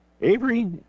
Avery